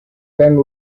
then